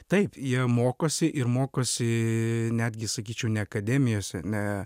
taip jie mokosi ir mokosi netgi sakyčiau ne akademijose ne